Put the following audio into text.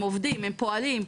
הם עובדים, הם פועלים.